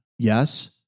Yes